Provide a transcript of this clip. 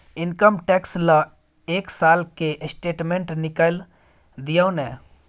Income tax ल एक साल के स्टेटमेंट निकैल दियो न?